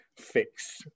fix